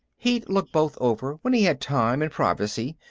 he'd look both over, when he had time and privacy,